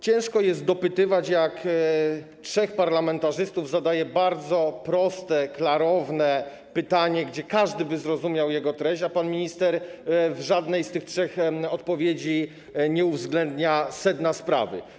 Ciężko jest dopytywać, skoro trzech parlamentarzystów zadaje bardzo proste, klarowne pytanie, którego treść każdy by zrozumiał, a pan minister w żadnej z tych trzech odpowiedzi nie uwzględnia sedna sprawy.